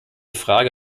frage